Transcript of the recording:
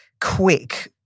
quick